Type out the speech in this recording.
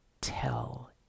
tell